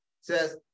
says